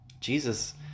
Jesus